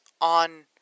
on